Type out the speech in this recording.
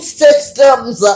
systems